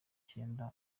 cyenda